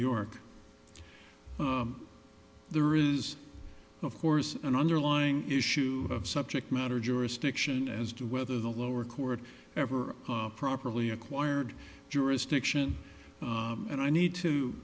york there is of course an underlying issue of subject matter jurisdiction as to whether the lower court ever properly acquired jurisdiction and i need to